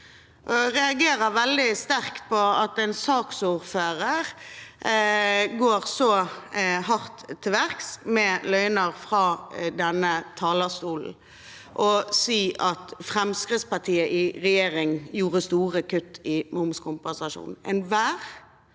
Jeg reagerer veldig sterkt på at en saksordfører går så hardt til verks med løgner fra denne talerstolen og sier at Fremskrittspartiet i regjering gjorde store kutt i momskompensasjonen.